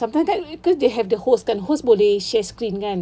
sometimes kan cause they have the host kan host boleh share screen kan